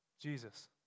Jesus